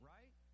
Right